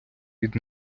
від